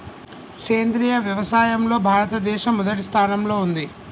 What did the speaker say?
సేంద్రియ వ్యవసాయంలో భారతదేశం మొదటి స్థానంలో ఉంది